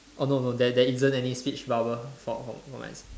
oh no no there there isn't any speech bubble for for mine